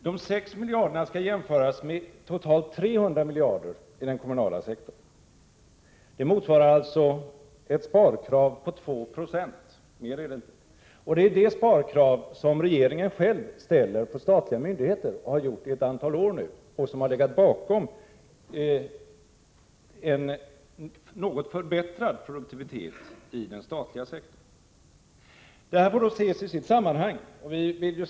De 6 miljarderna skall jämföras med totalt 300 miljarder i den kommunala sektorn. Det motsvarar alltså ett besparingskrav på 2 96 — mer är det inte. Det är det krav på besparingar som regeringen själv ställer på statliga myndigheter, och det har regeringen gjort under ett antal år, och det är detta som har legat bakom en något förbättrad produktivitet i den statliga sektorn. Det här får då ses i sitt sammanhang.